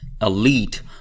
elite